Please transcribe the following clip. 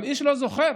אבל איש לא זוכר